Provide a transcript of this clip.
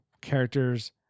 characters